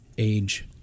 age